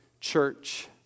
church